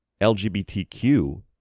LGBTQ